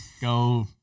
go